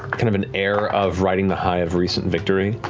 kind of an air of riding the high of recent victory.